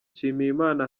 nshimiyimana